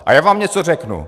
A já vám něco řeknu.